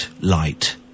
light